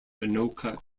anoka